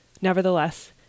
Nevertheless